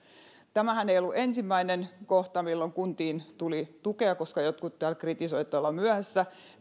tämähän ei ollut ensimmäinen kohta milloin kuntiin tuli tukea vaikka jotkut täällä kritisoivat että ollaan myöhässä